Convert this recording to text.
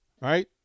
right